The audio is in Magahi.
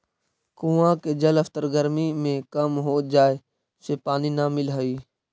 कुआँ के जलस्तर गरमी में कम हो जाए से पानी न मिलऽ हई